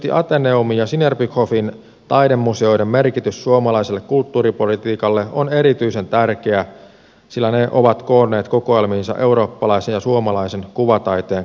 erityisesti ateneumin ja sinebrychoffin taidemuseoiden merkitys suomalaiselle kulttuuripolitiikalle on erityisen tärkeä sillä ne ovat koonneet kokoelmiinsa eurooppalaisen ja suomalaisen kuvataiteen klassikoita